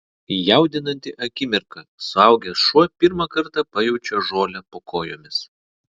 jaudinanti akimirka suaugęs šuo pirmą kartą pajaučia žolę po kojomis